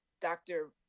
Dr